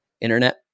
Internet